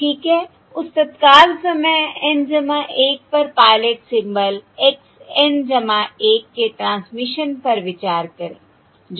ठीक है उस तत्काल समय N 1 पर पायलट सिंबल x N 1 के ट्रांसमिशन पर विचार करें जो कि x 4 है